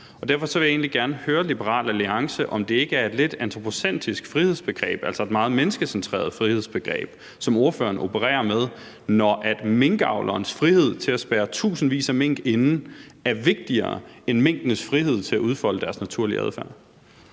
Derfor vil jeg egentlig gerne høre Liberal Alliances ordfører, om det ikke er et lidt antropocentrisk, altså et meget menneskecentreret frihedsbegreb, som ordføreren opererer med, når minkavlerens frihed til at spærre tusindvis af mink inde er vigtigere end minkenes frihed til at udfolde deres naturlige adfærd.